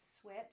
switch